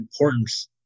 importance